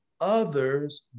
others